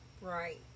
right